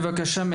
פרופ' דוד מרגל,